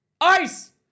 ice